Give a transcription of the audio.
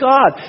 God